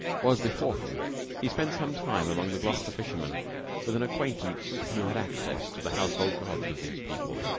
was before him he spent some time among the gloucester fishermen with an acquaintance who had access to the household gods of these people.